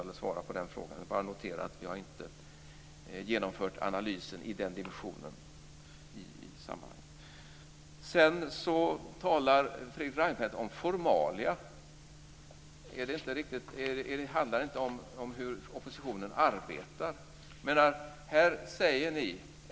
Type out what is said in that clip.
Jag bara noterar att vi inte har genomfört analysen utifrån den dimensionen i sammanhanget. Sedan talar Fredrik Reinfeldt om formalia. Handlar det inte om hur oppositionen arbetar?